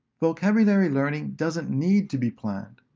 vocabulary learning doesn't need to be planned.